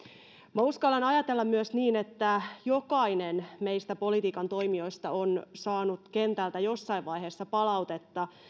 minä uskallan ajatella myös niin että jokainen meistä politiikan toimijoista on saanut kentältä jossain vaiheessa palautetta